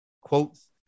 quotes